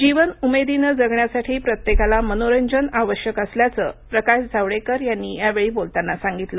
जीवन उमेदीनं जगण्यासाठी प्रत्येकाला मनोरंजन आवश्यक असल्याचं प्रकाश जावडेकर यांनी यावेळी बोलताना सांगितलं